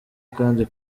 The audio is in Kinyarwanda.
kandi